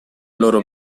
loro